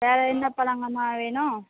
வேறு என்ன பழங்கம்மா வேணும்